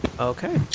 Okay